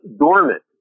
dormant